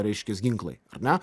reiškias ginklai ar ne